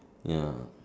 ya